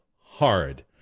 hard